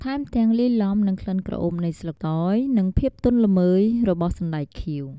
ថែមទាំង លាយឡំនឹងក្លិនក្រអូបនៃស្លឹកតើយ និងភាពទន់ល្មើយរបស់សណ្ដែកខៀវ។